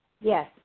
Yes